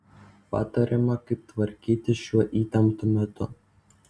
patariama kaip tvarkytis šiuo įtemptu metu